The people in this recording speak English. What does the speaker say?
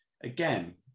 again